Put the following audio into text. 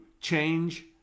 change